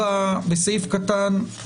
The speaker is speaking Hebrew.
אני חייב לומר לך, ד"ר